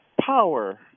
power